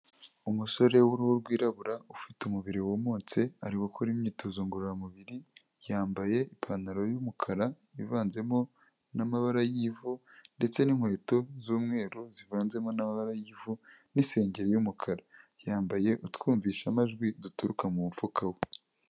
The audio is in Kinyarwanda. Umusore w'uruhu rwirabura, ufite umubiri wumutse ari gukora imyitozo ngororamubiri, yambaye ipantaro y'umukara, yivanzemo n'amabara y'ivu ndetse n'inkweto z'umweru zivanzemo n'amabara y'ivu, n'isengeri y'umukara. Yambaye utwumvishamajwi duturuka mu mufuka we.